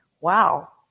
Wow